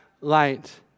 light